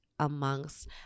amongst